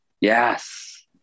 Yes